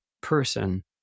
person